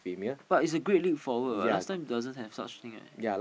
but it's a great leap forward what last time doesn't have such things right